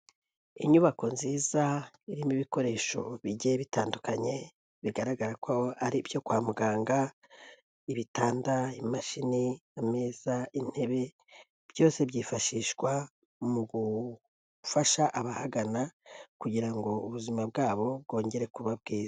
Inyubako nziza irimo ibikoresho bigiye bitandukanye, bigaragara ko ari ibyo kwa muganga ibitanda, imashini, imeza, intebe, byose byifashishwa mu gufasha abahagana kugira ngo ubuzima bwabo bwongere kuba bwiza.